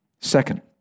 Second